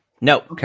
No